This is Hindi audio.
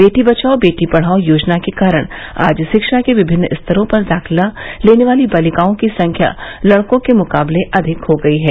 वेटी बचाओ बेटी पढाओ योजना के कारण आज शिक्षा के विभिन्न स्तरों पर दाखिला लेने वाली बालिकाओं की संख्या लडकों के मुकाबले अधिक हो गयी है